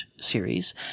series